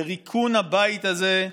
לריקון הבית הזה,